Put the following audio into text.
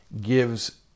gives